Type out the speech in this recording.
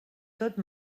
tot